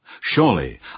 Surely